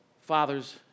Fathers